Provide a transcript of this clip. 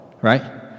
Right